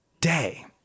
day